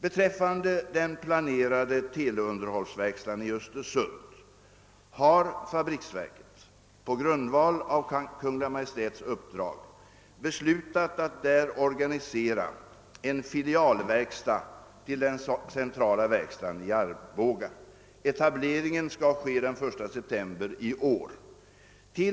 Beträffande den planerade teleunderhållsverkstaden i Östersund har försvarets fabriksverk på grundval av Kungl. Maj:ts uppdrag beslutat att där organisera en filialverkstad till den centrala verkstaden i Arboga. Etableringen skall ske den 1 september 1969.